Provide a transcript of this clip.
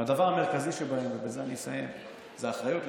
והדבר המרכזי שבהם, ובזה אני אסיים, זה אחריות.